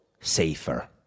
safer